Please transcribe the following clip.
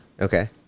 Okay